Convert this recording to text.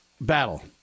battle